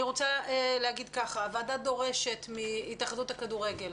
הוועדה דורשת מהתאחדות הכדורגל